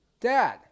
dad